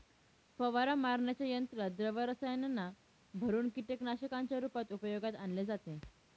फवारा मारण्याच्या यंत्रात द्रव रसायनांना भरुन कीटकनाशकांच्या रूपात उपयोगात आणले जाते